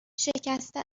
شکسته